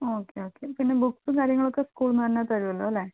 okay okay പിന്നെ ബുക്കും കാര്യങ്ങളൊക്കെ സ്കൂളിൽ നിന്ന് തന്നെ തരുമല്ലോ അല്ലേ